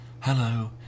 Hello